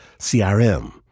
CRM